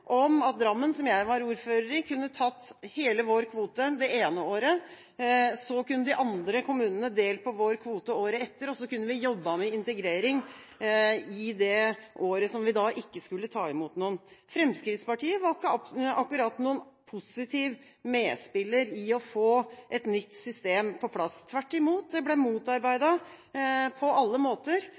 om at Drammen, som jeg var ordfører i, kunne tatt hele sin kvote det ene året, så kunne de andre kommunene delt på kvoten året etter, og så kunne vi jobbet med integrering det året vi ikke skulle tatt imot noen. Fremskrittspartiet var ikke akkurat noen positiv medspiller for å få et nytt system på plass. Tvert imot, det ble motarbeidet på alle måter,